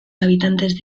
habitantes